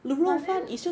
but then